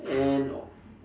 and